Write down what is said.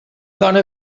dona